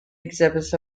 exhibits